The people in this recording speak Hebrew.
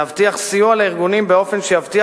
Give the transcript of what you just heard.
להבטיח סיוע לארגונים באופן שיבטיח